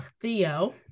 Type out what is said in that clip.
Theo